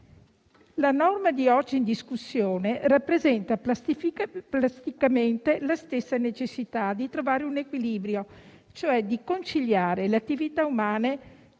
La norma oggi in discussione rappresenta plasticamente la stessa necessità di trovare un equilibrio, cioè di conciliare le attività umane,